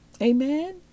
Amen